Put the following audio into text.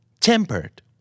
tempered